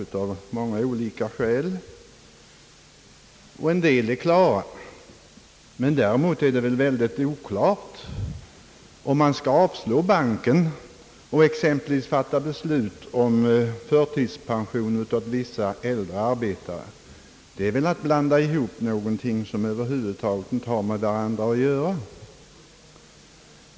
En del skäl är klara, men däremot är det mycket oklart, om högern här går emot förslaget om banken exempelvis av det skälet att man anser att vi i stället bör fatta beslut om förtidspension åt vissa äldre arbetare. Det är väl i så fall att blanda ihop två saker som över huvud taget inte har med varandra att göra.